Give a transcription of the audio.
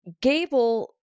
Gable